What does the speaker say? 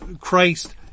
Christ